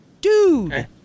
Dude